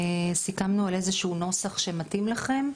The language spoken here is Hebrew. סיכמנו על איזשהו נוסח שמתאים לכם.